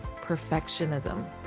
perfectionism